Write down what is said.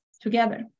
together